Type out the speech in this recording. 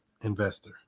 investor